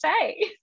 say